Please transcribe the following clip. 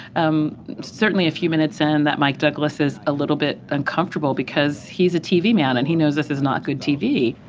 um certainly a few minutes in, that mike douglas is a little bit uncomfortable because he's a tv man, and he knows this is not good tv